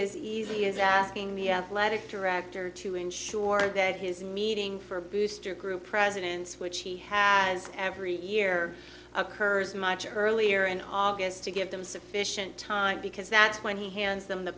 as easy as asking the athletic director to ensure that his meeting for booster group presidents which he has every year occurs much earlier in august to give them sufficient time because that's when he hands them the